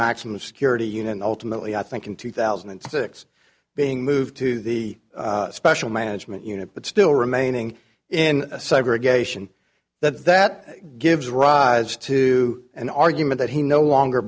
maximum security unit and ultimately i think in two thousand and six being moved to the special management unit but still remaining in segregation that that gives rise to an argument that he no longer